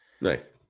Nice